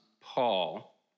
Paul